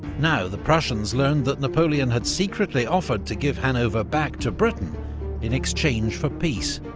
now the prussians learned that napoleon had secretly offered to give hanover back to britain in exchange for peace.